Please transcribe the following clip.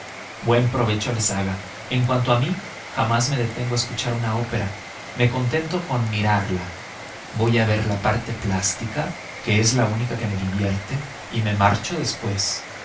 buen provecho les haga en cuanto a mí jamás me detengo a escuchar una ópera me contento con mirarla voy a ver la parte plástica que es la única que me divierte y me marcho después